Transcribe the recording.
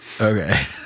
Okay